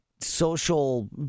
social